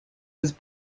was